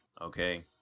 Okay